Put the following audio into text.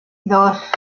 dos